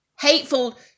hateful